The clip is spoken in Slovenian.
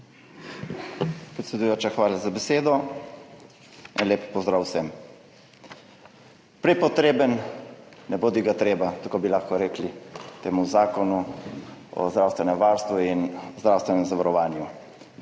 Predsedujoča, hvala za besedo. En lep pozdrav vsem! Prepotreben, nebodigatreba, tako bi lahko rekli temu zakonu o zdravstvenem varstvu in zdravstvenem zavarovanju.